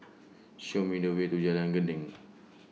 Show Me The Way to Jalan Gendang